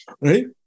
right